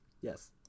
Yes